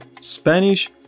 Spanish